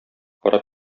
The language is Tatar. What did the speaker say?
харап